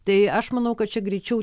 tai aš manau kad čia greičiau